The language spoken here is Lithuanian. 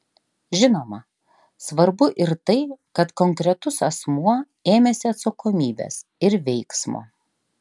žinoma svarbu ir tai kad konkretus asmuo ėmėsi atsakomybės ir veiksmo